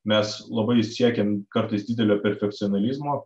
mes labai siekiam kartais didelio perfekcionalizmo